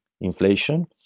inflation